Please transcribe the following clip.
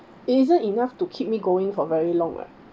it isn't enough to keep me going for very long ah